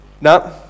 No